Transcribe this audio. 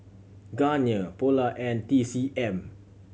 Garnier Polar and T C M